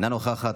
אינה נוכחת,